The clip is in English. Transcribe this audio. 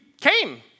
came